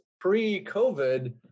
pre-COVID